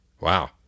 Wow